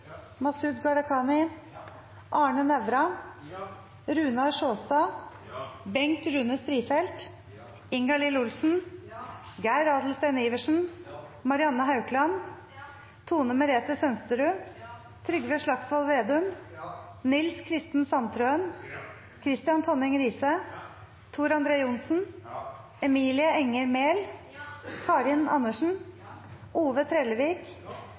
Masud Gharahkhani, Arne Nævra, Runar Sjåstad, Bengt Rune Strifeldt, Ingalill Olsen, Geir Adelsten Iversen, Marianne Haukland, Tone Merete Sønsterud, Trygve Slagsvold Vedum, Nils Kristen Sandtrøen, Kristian Tonning Riise, Tor André Johnsen, Emilie Enger Mehl, Karin Andersen, Ove Trellevik,